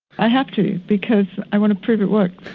i have to because i want to prove it works.